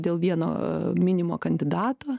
dėl vieno minimo kandidato